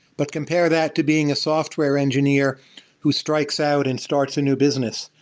but compare that to being a software engineer who strikes out and starts a new business,